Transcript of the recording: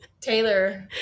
Taylor